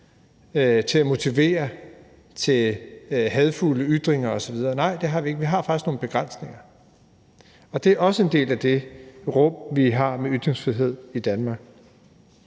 til at motivere til hadefulde ytringer osv.? Nej, det har vi ikke. Vi har faktisk nogle begrænsninger, og det er også en del af det rum, vi har i forbindelse med ytringsfrihed i Danmark.